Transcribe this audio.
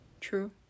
true